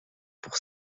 pour